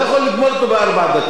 אתה לא יכול לגמור אותו בארבע דקות,